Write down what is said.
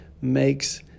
makes